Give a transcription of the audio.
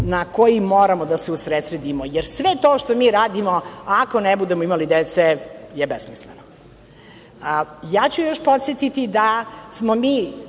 na koji moramo da se usredsredimo, jer sve to što mi radimo, ako ne budemo imali dece je besmisleno. Ono što je nama